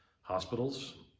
hospitals